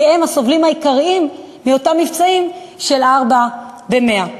כי הם הסובלים העיקריים מאותם מבצעים של "4 ב-100".